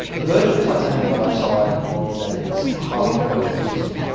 the virtue of titanium dioxide is that it is highly corrosion resistant.